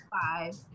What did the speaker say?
five